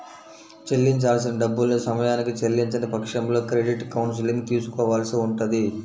చెల్లించాల్సిన డబ్బుల్ని సమయానికి చెల్లించని పక్షంలో క్రెడిట్ కౌన్సిలింగ్ తీసుకోవాల్సి ఉంటది